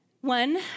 One